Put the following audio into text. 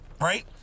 Right